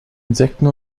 insekten